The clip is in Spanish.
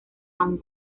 aún